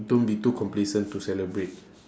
don't be too complacent to celebrate